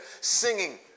singing